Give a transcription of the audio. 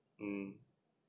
mm